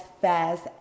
fast